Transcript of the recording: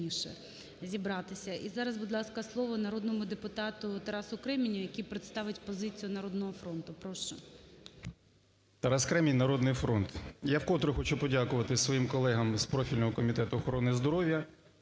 Тарас Кремінь, "Народний фронт". Я вкотре хочу подякувати своїм колегам з профільного Комітету охорони здоров'я